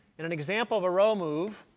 and an example of a row move